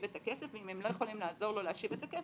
את הכסף אם הם לא יכולים לעזור לו להשיב את הכסף,